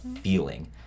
feeling